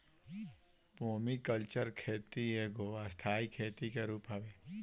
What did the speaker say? permaculture खेती एगो स्थाई खेती के रूप हवे